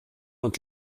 und